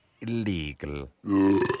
Illegal